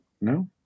No